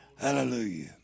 Hallelujah